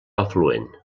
afluent